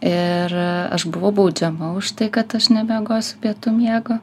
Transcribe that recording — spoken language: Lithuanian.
ir aš buvau baudžiama už tai kad aš nemiegosiu pietų miego